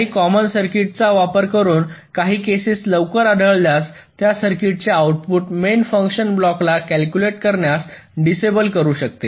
काही कॉमन सर्किट्सचा वापर करून काही केसेस लवकर आढळल्यास त्या सर्किटचे आऊटपुट मेन फंक्शन ब्लॉकला कॅल्कुलेट करण्यास डिसेबल करू शकते